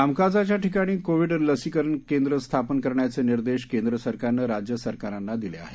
कामकाजाच्या ठिकाणी कोविड लसीकरण केंद्र स्थापन करण्याचे निर्देश केंद्र सरकारनं राज्य सरकारांना दिले आहेत